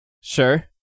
Sure